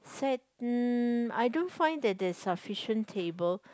sad I don't find that there's sufficient table